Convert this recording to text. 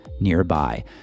nearby